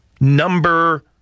number